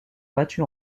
battus